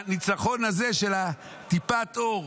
שהניצחון הזה, של טיפת אור,